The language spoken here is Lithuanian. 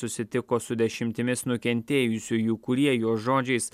susitiko su dešimtimis nukentėjusiųjų kurie jos žodžiais